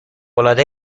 العاده